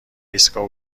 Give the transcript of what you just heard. ایستگاه